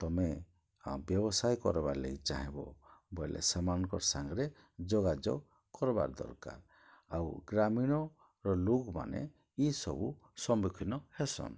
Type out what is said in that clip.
ତମେ ବ୍ୟବସାୟ କର୍ବାର୍ଲାଗି ଚାହିଁବ ବଏଲେ ସେମାନଙ୍କର୍ ସାଙ୍ଗ୍ରେ ଯୋଗାଯୋଗ୍ କର୍ବାର୍ ଦର୍କାର୍ ଆଉ ଗ୍ରାମୀଣର ଲୋକ୍ମାନେ ଇସବୁ ସମ୍ମୁଖିନ ହେସନ୍